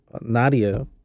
Nadia